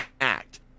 act